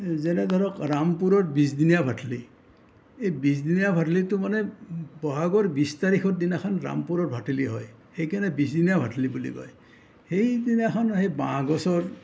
যেনে ধৰক ৰামপুৰত বিছদিনীয়া ভাঠলী এই বিছদিনীয়া ভাঠলীটো মানে বহাগৰ বিছ তাৰিখৰ দিনাখান ৰামপুৰৰ ভাঠলী হয় সেইকাৰণে বিছদিনীয়া ভাঠলী বুলি কয় সেই দিনাখন সেই বাঁহ গছৰ